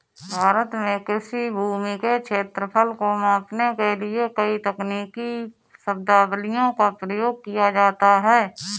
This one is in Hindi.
भारत में कृषि भूमि के क्षेत्रफल को मापने के लिए कई तकनीकी शब्दावलियों का प्रयोग किया जाता है